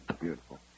Beautiful